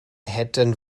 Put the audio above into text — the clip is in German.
hätten